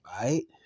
right